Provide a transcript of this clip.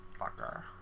fucker